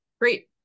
Great